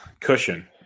cushion